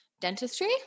dentistry